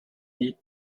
need